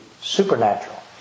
supernatural